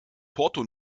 porto